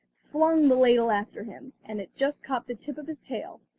flung the ladle after him, and it just caught the tip of his tail,